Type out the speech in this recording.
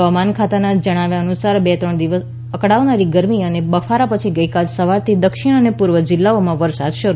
હવામાન ખાતાના જણાવ્યા અનુસાર બે ત્રણ દિવસ અકળવનારી ગરમી અને બફારા પછી ગઈકાલ સવારથી દક્ષિણ અને પૂર્વના જિલ્લાઓમાં વરસાદ શરૂ થયો છે